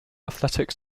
athletic